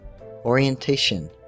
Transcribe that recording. orientation